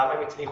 כמה הם הצליחו?